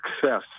success